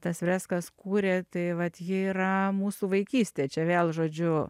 tas freskas kūrė tai vat ji yra mūsų vaikystė čia vėl žodžiu